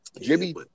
Jimmy